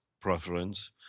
preference